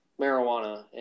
marijuana